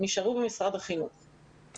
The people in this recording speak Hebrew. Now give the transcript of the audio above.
נשארו במשרד החינוך.